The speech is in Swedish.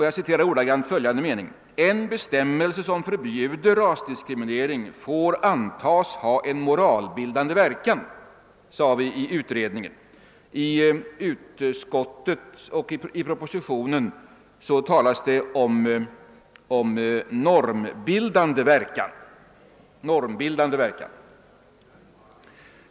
Jag citerar utredningen: »En bestämmelse som förbjuder rasdiskriminering får antas ha en moralbildande verkan.» I utskottsutlåtandet och i propositionen talas det om normbildande verkan.